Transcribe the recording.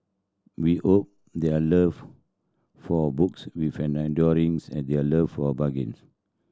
we hope their love for books with an enduring as their love for bargains